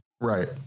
Right